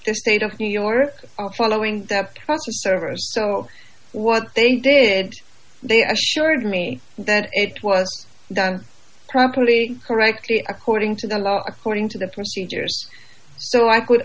the state of new york following that service so what they did they assured me that it was done properly correctly according to the law according to the procedures so i could